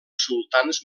sultans